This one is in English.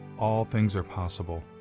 all things are possible.